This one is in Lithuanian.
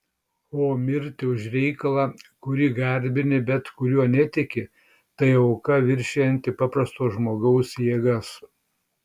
o mirti už reikalą kurį garbini bet kuriuo netiki tai auka viršijanti paprasto žmogaus jėgas